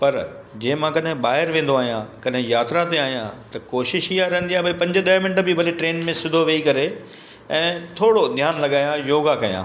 पर जीअं मां कॾहिं ॿाहिरि वेंदो आहियां कॾहिं यात्रा ते आहियां त कोशिशि ईअं रहंदी आहे भाई पंज ॾह मिंट बि भली ट्रेन में सिधो वेही करे ऐं थोरो ध्यानु लॻायां योगा कयां